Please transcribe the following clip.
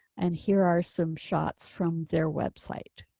and here are some shots from their website.